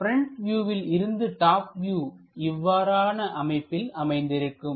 front வியூவில் இருந்து top view இவ்வாறான அமைப்பில் அமைந்திருக்கும்